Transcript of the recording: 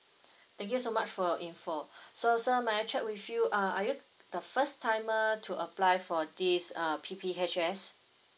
thank you so much for info so sir may I check with you uh are you the first timer to apply for this uh P_P_H_S